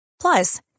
Plus